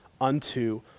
unto